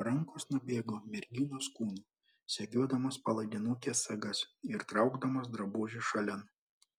rankos nubėgo merginos kūnu segiodamos palaidinukės sagas ir traukdamos drabužį šalin